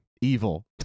Evil